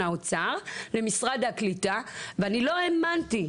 האוצר לבין משרד הקליטה ואני לא האמנתי,